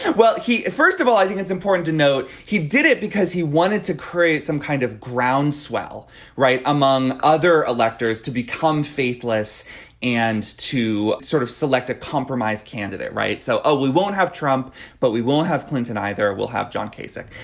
well he first of all i think it's important to note he did it because he wanted to create some kind of groundswell right among other electors to become faithless and to sort of select a compromise candidate right. so ah we won't have trump but we won't have clinton either. we'll have john casey.